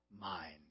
mind